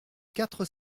quatre